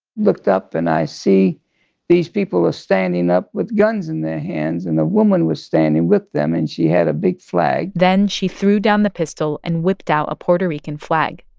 looked up, and i see these people are standing up with guns in their hands. and the woman was standing with them, and she had a big flag then she threw down the pistol and whipped out a puerto rican flag,